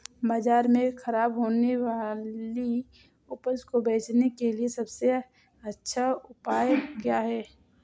बाज़ार में खराब होने वाली उपज को बेचने के लिए सबसे अच्छा उपाय क्या हैं?